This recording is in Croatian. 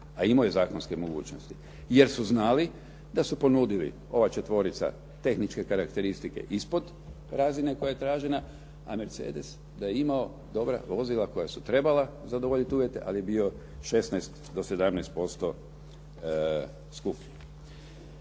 a imao je zakonske mogućnosti jer su znali da su ponudili ova četvorica tehničke karakteristike ispod razine koja je tražena a Mercedes da je imao dobra vozila koja su trebala zadovoljiti uvjete ali je bio 16 do 17% skuplji.